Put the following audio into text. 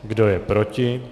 Kdo je proti?